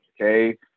okay